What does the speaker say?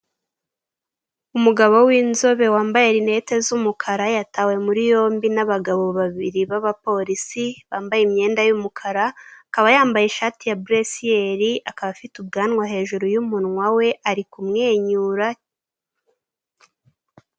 Umugabo w'inzobe wambaye rinete z'umukara yatawe muri yombi n'abagabo babiri b'abapolisi bambaye imyenda y'umukara, akaba yambaye ishati ya buresiyeri, akaba afite ubwanwa hejuru y'umunwa we ari kumwenyura.